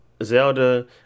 Zelda